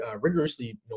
rigorously